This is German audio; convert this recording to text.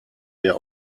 der